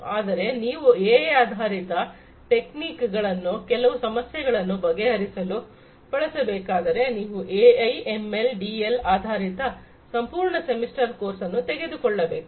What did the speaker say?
ಆದರೆ ನೀವು ಎಐ ಆಧಾರಿತ ಟೆಕ್ನಿಕ್ ಗಳನ್ನು ಕೆಲವು ಸಮಸ್ಯೆಗಳನ್ನು ಬಗೆಹರಿಸಲು ಬಳಸಬೇಕಾದರೆ ನೀವು ಎಐ ಎಂಎಲ್ ಡಿಎಲ್ ಆಧಾರಿತ ಸಂಪೂರ್ಣ ಸೆಮಿಸ್ಟರ್ ಕೋರ್ಸನ್ನು ತೆಗೆದುಕೊಳ್ಳಬೇಕು